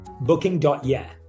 Booking.yeah